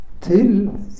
till